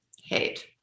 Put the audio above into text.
Hate